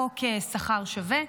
חוק שכר שווה.